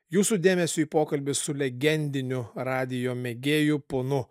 jūsų dėmesiui pokalbis su legendiniu radijo mėgėjų ponu